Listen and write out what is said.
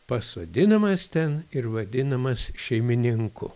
pasodinamas ten ir vadinamas šeimininku